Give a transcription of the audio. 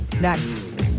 Next